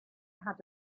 had